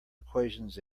equations